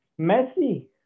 Messi